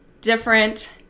different